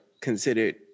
considered